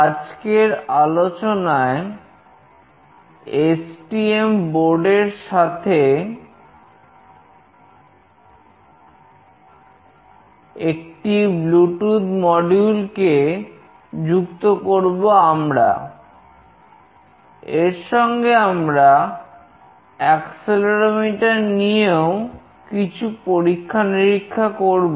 আজকের আলোচনায় STM board নিয়েও কিছু পরীক্ষা নিরীক্ষা করব